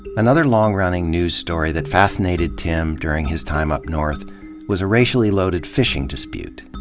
another long-running news story that fascinated tim during his time up north was a racially-loaded fish ing dispute.